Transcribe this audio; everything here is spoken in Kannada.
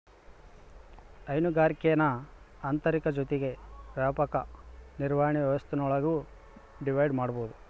ಹೈನುಗಾರಿಕೇನ ಆಂತರಿಕ ಜೊತಿಗೆ ವ್ಯಾಪಕ ನಿರ್ವಹಣೆ ವ್ಯವಸ್ಥೆಗುಳ್ನಾಗಿ ಡಿವೈಡ್ ಮಾಡ್ಬೋದು